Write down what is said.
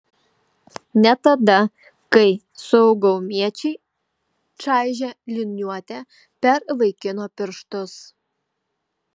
ne tada kai saugumiečiai čaižė liniuote per vaikino pirštus